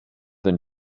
than